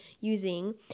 using